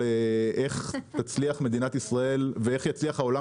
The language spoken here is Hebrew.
איך תצליח מדינת ישראל ואיך יצליח העולם